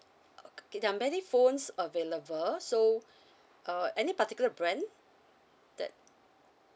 okay there are many phones available so uh any particular brand that